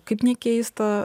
kaip nekeista